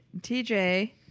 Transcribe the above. TJ